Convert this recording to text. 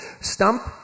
Stump